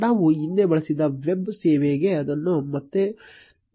ನಾವು ಹಿಂದೆ ಬಳಸಿದ ವೆಬ್ ಸೇವೆಗೆ ಅದನ್ನು ಮತ್ತೆ ನಕಲಿಸೋಣ